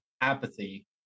apathy